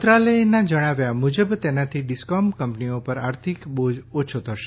મંત્રાલયના જણાવ્યા મુજબ તેનાથી ડિસ્કોમ કંપનીઓ પર આર્થિક બોઝ ઓછો થશે